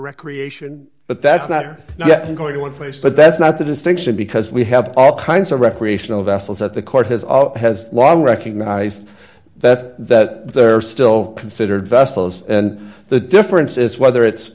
recreation but that's not or yes i'm going to one place but that's not the distinction because we have all kinds of recreational vessels that the court has also has long recognized that they're still considered vessels and the difference is whether it's